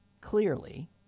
clearly